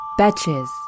Batches